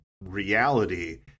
reality